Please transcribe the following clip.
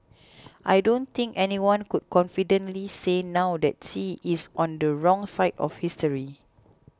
I don't think anyone could confidently say now that Xi is on the wrong side of history